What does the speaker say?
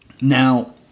Now